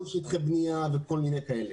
ניהול שטחי בנייה וכדומה.